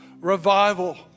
revival